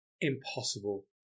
impossible